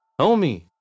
homie